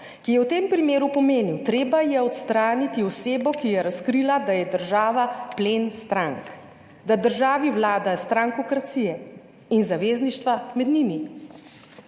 ki je v tem primeru pomenil, treba je odstraniti osebo, ki je razkrila, da je država plen strank, da državi vlada strankokracije in zavezništva med njimi.